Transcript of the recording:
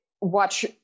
watch